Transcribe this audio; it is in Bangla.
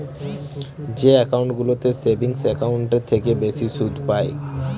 যে একাউন্টগুলোতে সেভিংস একাউন্টের থেকে বেশি সুদ পাই